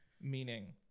meaning